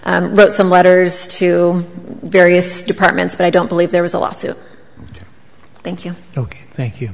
wrote some letters to various departments but i don't believe there was a lot to thank you ok thank you